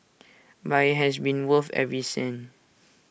but IT has been worth every cent